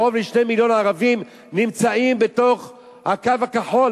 קרוב ל-2 מיליון ערבים נמצאים בתוך "הקו הכחול",